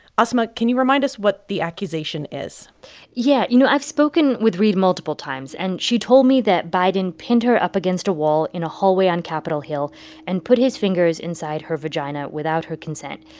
asma, can you remind us what the accusation is yeah. you know, i've spoken with reade multiple times, and she told me that biden pinned her up against a wall in a hallway on capitol hill and put his fingers inside her vagina without her consent.